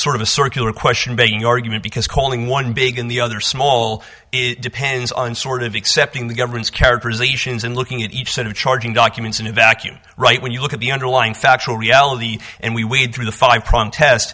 sort of a circular question begging argument because calling one big and the other small is depends on sort of accepting the government's characterizations and looking at each set of charging documents in a vacuum right when you look at the underlying factual reality and we wade through the five